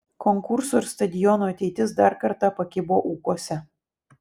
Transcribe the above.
konkurso ir stadiono ateitis dar kartą pakibo ūkuose